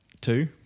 Two